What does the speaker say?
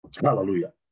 Hallelujah